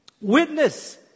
witness